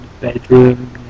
bedroom